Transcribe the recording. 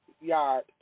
yard